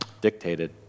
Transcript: dictated